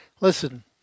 Listen